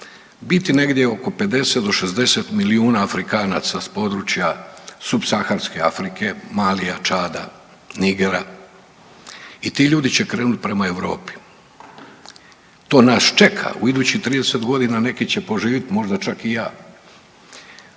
biti negdje oko 50 do 60 milijuna Afrikanaca s područja subsaharske Afrike, Malija, Čada, Nigera i tu ljudi će krenuti prema Europi. To nas čeka u idućih 30 godina, neki će poživiti, možda čak i ja.